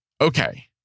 okay